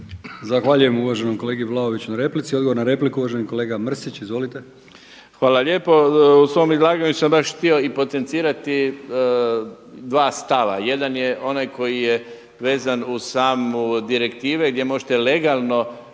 Zahvaljujem uvaženom kolegi Vlaoviću na replici. Odgovor na repliku uvaženi kolega Mrsić. Izvolite. **Mrsić, Mirando (SDP)** Hvala lijepo. U svom izlaganju sam baš htio i potencirati dva stava. Jedan je onaj koji je vezan uz samu direktive gdje možete legalno